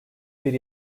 bir